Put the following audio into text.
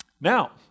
Now